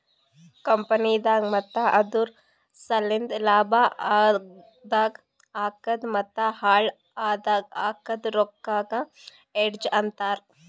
ಕಂಪನಿದಾಗ್ ಮತ್ತ ಅದುರ್ ಸಲೆಂದ್ ಲಾಭ ಆದಾಗ್ ಹಾಕದ್ ಮತ್ತ ಹಾಳ್ ಆದಾಗ್ ಹಾಕದ್ ರೊಕ್ಕಾಗ ಹೆಡ್ಜ್ ಅಂತರ್